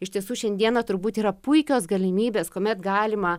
iš tiesų šiandieną turbūt yra puikios galimybės kuomet galima